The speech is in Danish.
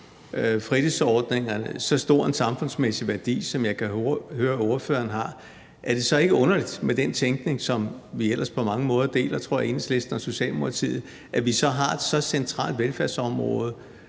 fritidsordningerne så stor samfundsmæssig værdi, som jeg kan høre ordføreren gør, er det så ikke underligt med den tænkning, som vi i Enhedslisten ellers på mange måder deler med Socialdemokratiet, at vi har et så centralt velfærdsområde,